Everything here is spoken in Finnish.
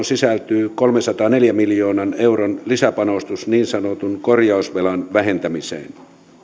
sisältyy kolmensadanneljän miljoonan euron lisäpanostus niin sanotun korjausvelan vähentämiseen